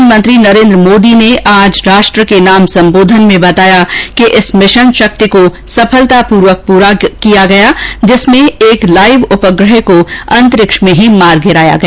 प्रधानमंत्री नरेन्द्र मोदी ने आज राष्ट्र के नाम सम्बोधन में बताया कि इस मिशन शक्ति को सफलतापूर्वक पूरा किया गया जिसमें एक लाइव उपग्रह को अंतरिक्ष में ही मार गिराया गया